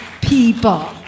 people